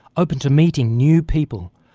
open to meeting new people,